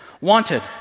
Wanted